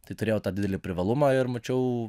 tai turėjau tą didelį privalumą ir mačiau